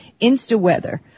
InstaWeather